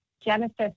genesis